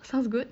sounds good